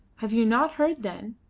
have you not heard, then,